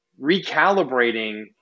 recalibrating